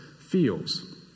feels